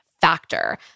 Factor